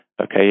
Okay